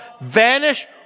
vanish